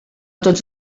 tots